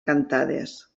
cantades